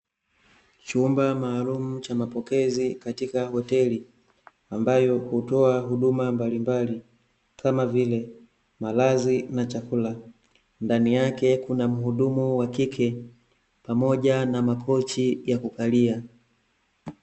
Chumba maalumu cha mapokezi katika hoteli, ambayo hutoa huduma mbalimbali kama vile, malazi na chakula. Ndani yake kuna muhudumu wa kike, pamoja na makochi ya kukalia.